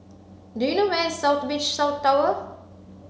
do you know where is South Beach South Tower